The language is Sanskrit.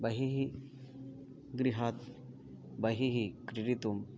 बहिः गृहात् बहिः क्रीडितुम्